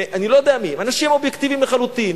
מאנשים אובייקטיבים לחלוטין,